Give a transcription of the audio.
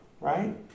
right